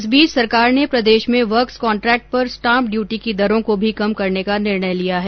इस बीच सरकार ने प्रदेश में वर्क्स कॉन्ट्रेक्ट पर स्टाम्प ड्यूटी की दरों को भी कम करने का निर्णय लिया है